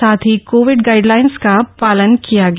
साथ ही covid guidelines का पालन किया गया